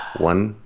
one,